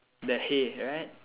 the hay right